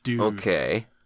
Okay